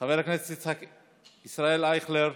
חבר הכנסת ישראל אייכלר,